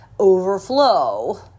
overflow